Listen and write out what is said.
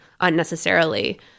unnecessarily